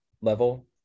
level